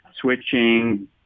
switching